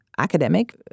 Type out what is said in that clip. academic